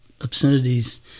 obscenities